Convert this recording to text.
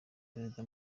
perezida